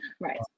Right